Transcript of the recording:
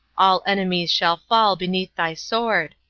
all enemies shall fall beneath thy sword.